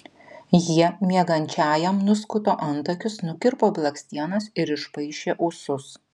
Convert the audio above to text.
jie miegančiajam nuskuto antakius nukirpo blakstienas ir išpaišė ūsus